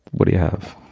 what do you have?